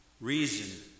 reason